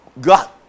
God